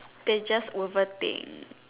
they just overthink